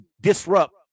disrupt